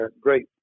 great